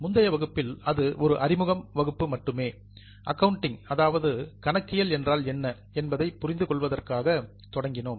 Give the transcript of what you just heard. முந்தைய வகுப்பில் அது ஒரு அறிமுக வகுப்பு மட்டுமே அக்கவுண்டிங் கணக்கியல் என்றால் என்ன என்பதைப் புரிந்து கொள்வதற்காக தொடங்கினோம்